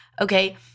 okay